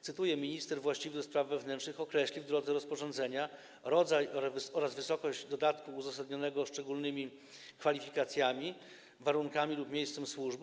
Cytuję: Minister właściwy do spraw wewnętrznych określi, w drodze rozporządzenia, rodzaj oraz wysokość dodatku uzasadnionego szczególnymi kwalifikacjami, warunkami lub miejscem służby,